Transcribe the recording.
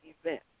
event